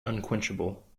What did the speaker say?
unquenchable